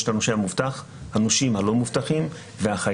יש את הנושא המובטח, הנושים הלא מובטחים והחייב.